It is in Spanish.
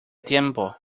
tiempo